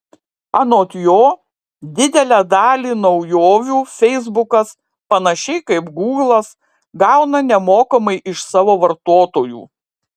anot jo didelę dalį naujovių feisbukas panašiai kaip gūglas gauna nemokamai iš savo vartotojų